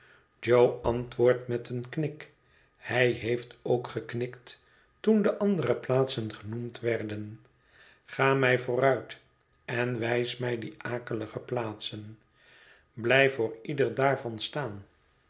jo antwoordt met een knik hij heeft ook geknikt toen de andere plaatsen genoemd werden ga mij vooruit en wijs mij die akelige plaatsen blijf voor ieder daarvan staan